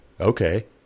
Okay